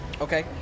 Okay